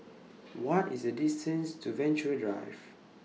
What IS The distance to Venture Drive